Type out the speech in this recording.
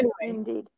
indeed